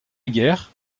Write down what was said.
guerre